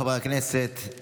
חברי הכנסת,